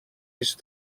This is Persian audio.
است